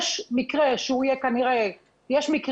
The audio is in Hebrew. יש מקרים שהם קיצוניים,